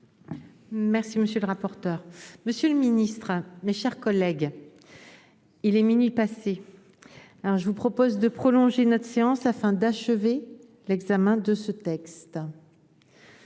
Merci, monsieur le rapporteur, monsieur le Ministre, mes chers collègues, il est minuit passé. Alors je vous propose de prolonger notre séance afin d'achever l'examen de ce texte.